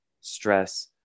stress